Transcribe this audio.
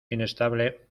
inestable